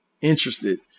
interested